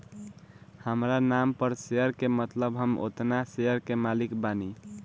हामरा नाम पर शेयर के मतलब हम ओतना शेयर के मालिक बानी